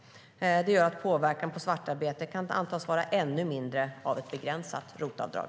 Det gör att påverkan på svartarbete kan antas vara ännu mindre av ett begränsat ROT-avdrag.